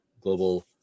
global